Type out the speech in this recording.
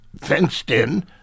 fenced-in